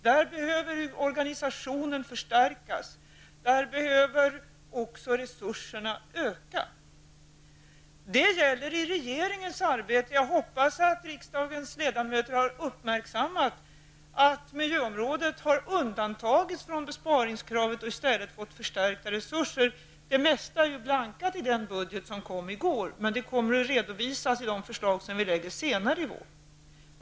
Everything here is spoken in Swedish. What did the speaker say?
Där behöver organisationen förstärkas, och där behöver också resurserna öka. Detta gäller i regeringens arbete, och jag hoppas att riksdagens ledamöter har uppmärksammat att miljöområdet har undantagits från besparingskrav. I stället har detta område fått förstärkta resurser. Det mesta är ju ''blankat'' i den budget som presenterades i går. Men det kommer en redovisning i de förslag som vi lägger fram senare i vår.